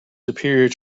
superior